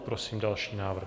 Prosím další návrh.